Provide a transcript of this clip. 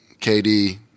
KD